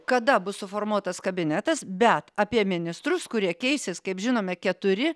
kada bus suformuotas kabinetas bet apie ministrus kurie keisis kaip žinome keturi